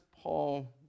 Paul